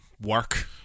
work